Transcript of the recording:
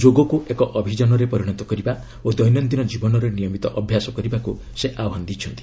ଯୋଗକୁ ଏକ ଅଭିଯାନରେ ପରିଣତ କରିବା ଓ ଦୈନନ୍ଦିନ କୀବନରେ ନିୟମିତ ଅଭ୍ୟାସ କରିବାକୁ ସେ ଆହ୍ବାନ ଦେଇଛନ୍ତି